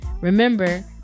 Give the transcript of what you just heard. Remember